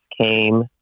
came